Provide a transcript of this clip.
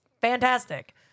fantastic